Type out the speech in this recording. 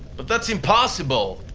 but that's impossible!